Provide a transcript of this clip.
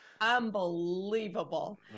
Unbelievable